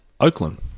Oakland